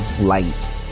light